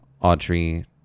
Audrey